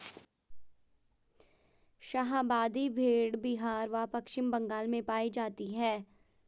शाहाबादी भेड़ बिहार व पश्चिम बंगाल में पाई जाती हैं